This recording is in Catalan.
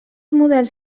models